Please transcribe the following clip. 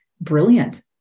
brilliant